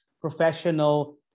professional